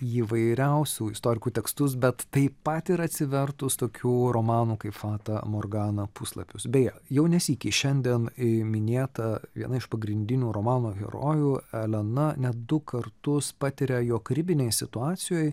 įvairiausių istorikų tekstus bet taip pat ir atsivertus tokių romanų kaip fata morgana puslapius beje jau ne sykį šiandien i minėta viena iš pagrindinių romano herojų elena net du kartus patiria jog ribinėj situacijoj